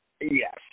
Yes